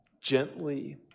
gently